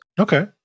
okay